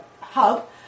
hub